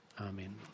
Amen